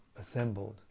assembled